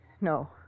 No